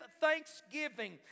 thanksgiving